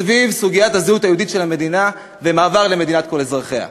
סביב סוגיית הזהות היהודית של המדינה ומעבר למדינת כל אזרחיה.